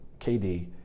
KD